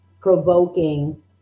provoking